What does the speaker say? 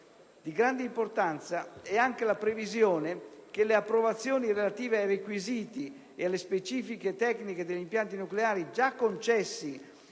Di grande importanza è anche la previsione che le approvazioni relative ai requisiti e alle specifiche tecniche degli impianti nucleari già concesse